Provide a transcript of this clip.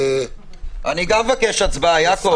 אני גם מבקש הצבעה, יעקב.